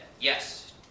Yes